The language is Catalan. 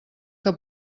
que